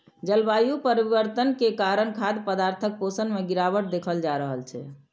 जलवायु परिवर्तन के कारण खाद्य पदार्थक पोषण मे गिरावट देखल जा रहल छै